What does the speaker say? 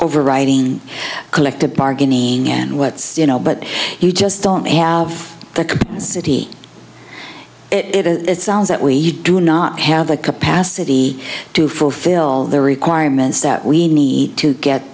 overriding collective bargaining and what you know but you just don't have the capacity it is it sounds that way you do not have the capacity to fulfill the requirements that we need to get